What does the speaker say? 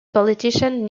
politician